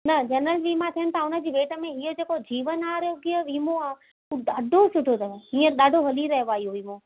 न जनरल वीमा थियनि था उनजे भेट में इहो जेको जीवन आरोग्य वीमो आहे हू ॾाढो सुठो अथव हींअर ॾाढो हली रहियो आहे इहो वीमो